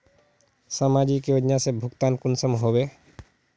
समाजिक योजना से भुगतान कुंसम होबे?